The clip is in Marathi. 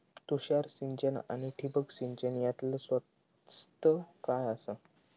तुषार सिंचन आनी ठिबक सिंचन यातला स्वस्त काय आसा?